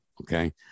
Okay